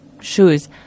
shoes